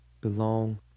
belong